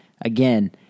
again